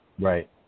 Right